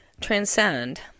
transcend